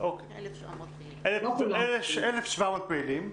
1,700 פעילים.